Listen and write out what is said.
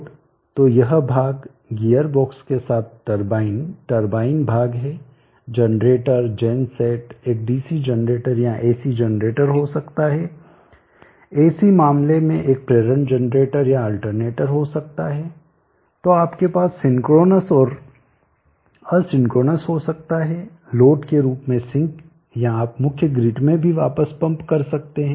तो यह भाग गियर बॉक्स के साथ टरबाइन टरबाइन भाग है जनरेटर जेन सेट एक डीसी जनरेटर या एसी जनरेटर हो सकता है एसी मामले में एक प्रेरण जनरेटर या अल्टरनेटर हो सकता है तो आपके पास सिंक्रोनस और असिंक्रोनस हो सकता है लोड के रूप में सिंक या आप मुख्य ग्रिड में भी वापस पंप कर सकते हैं